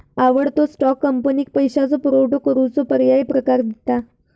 आवडतो स्टॉक, कंपनीक पैशाचो पुरवठो करूचो पर्यायी प्रकार दिता